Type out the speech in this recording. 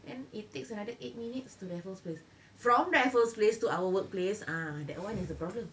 then it takes another eight minutes to raffles place from raffles place to our workplace ah that one is the problem